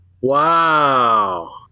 Wow